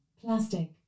plastic